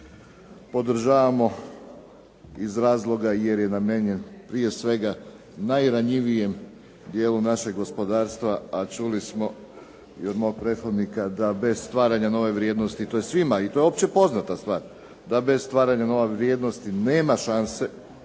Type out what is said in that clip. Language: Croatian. Podržavamo iz razloga jer je namijenjen prije svega najranjivijem dijelu našeg gospodarstva, a čuli smo i od mog prethodnika da bez stvaranja nove vrijednosti, to je svima i to je općepoznata stvar, da bez stvaranja nove vrijednosti nema šanse